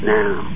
now